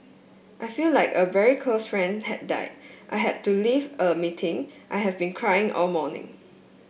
I feel like a very close friend had died I had to leave a meeting I have been crying all morning